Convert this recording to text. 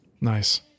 Nice